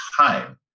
time